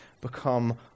become